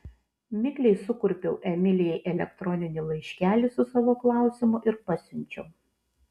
mikliai sukurpiau emilijai elektroninį laiškelį su savo klausimu ir pasiunčiau